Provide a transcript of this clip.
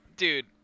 Dude